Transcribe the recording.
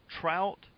Trout –